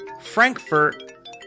Frankfurt